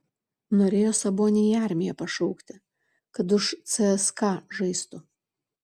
norėjo sabonį į armiją pašaukti kad už cska žaistų